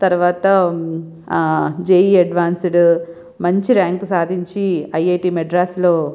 తర్వాత JE advanced మంచి rank సాధించి ఐఐటి మెడ్రాసులో